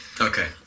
Okay